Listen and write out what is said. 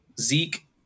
Zeke